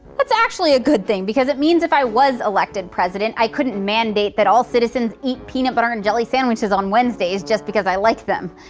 that's actually a good thing because it means if i was elected president, i couldn't mandate that all citizens eat peanut butter and jelly sandwiches on wednesdays, just because i like them.